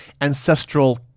ancestral